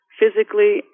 physically